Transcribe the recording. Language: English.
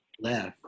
left